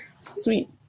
Sweet